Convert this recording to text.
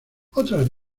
otras